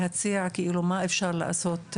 להציע מה אפשר לעשות.